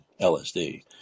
LSD